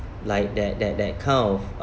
like that that that kind of uh